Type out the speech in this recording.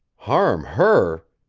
harm her!